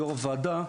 יו"ר הוועדה,